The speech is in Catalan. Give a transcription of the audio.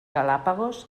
galápagos